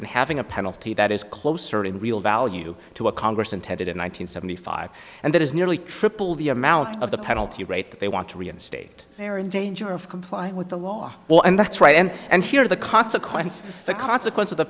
that having a penalty that is closer in real value to a congress intended in one nine hundred seventy five and that is nearly triple the amount of the penalty rate that they want to reinstate they're in danger of complying with the law well and that's right and and here the consequence the consequence of